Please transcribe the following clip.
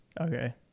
okay